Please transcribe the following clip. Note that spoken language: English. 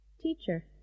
Teacher